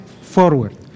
forward